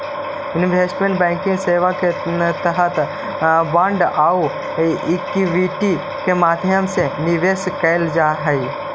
investment banking सेवा के तहत बांड आउ इक्विटी के माध्यम से निवेश कैल जा हइ